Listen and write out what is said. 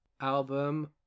album